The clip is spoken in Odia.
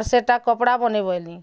ଆର୍ ସେଟା କପ୍ଡ଼ା ବନେଇବଇଲି